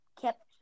kept